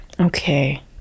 okay